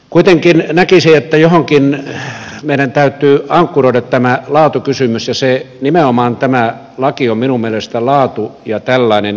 kuitenkin näkisin että johonkin meidän täytyy ankkuroida tämä laatukysymys ja nimenomaan tämä laki on minun mielestäni laatu ja varmistinlaki